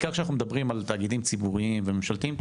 בעיקר כשאנחנו מדברים על תאגידים ציבוריים וממשלתיים,